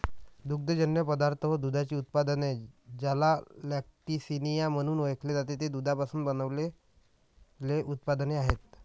दुग्धजन्य पदार्थ व दुधाची उत्पादने, ज्याला लॅक्टिसिनिया म्हणून ओळखते, ते दुधापासून बनविलेले उत्पादने आहेत